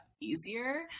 easier